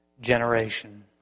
generation